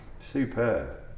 Superb